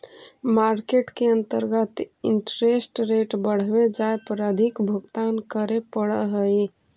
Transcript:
market के अंतर्गत interest rate बढ़वे जाए पर अधिक भुगतान करे पड़ऽ हई